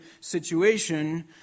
situation